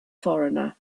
foreigner